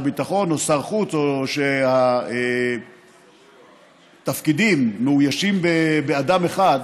ביטחון או שר חוץ או שהתפקידים מאוישים באדם אחד,